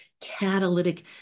catalytic